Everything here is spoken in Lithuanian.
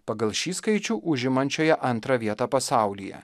pagal šį skaičių užimančioje antrą vietą pasaulyje